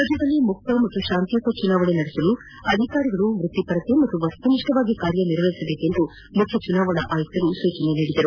ರಾಜ್ಯದಲ್ಲಿ ಮುಕ್ಲ ಮತ್ತು ಶಾಂತಿಯುತ ಚುನಾವಣೆ ನಡೆಸಲು ಅಧಿಕಾರಿಗಳು ವ್ಯಕ್ತಿಪರತೆಯಿಂದ ಮತ್ತು ವಸ್ತುನಿಷ್ಠವಾಗಿ ಕಾರ್ಯನಿರ್ವಹಿಸುವಂತೆ ಮುಖ್ಯ ಚುನಾವಣಾ ಆಯುಕ್ಕರು ಸೂಚಿಸಿದರು